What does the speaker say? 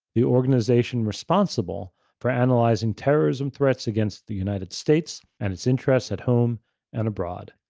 the organization responsible for analyzing terrorist and threats against the united states and its interests at home and abroad.